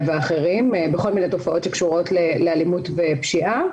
ואחרים בכל מיני תופעות שקשורות לאלימות ופשיעה,